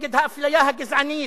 נגד האפליה הגזענית,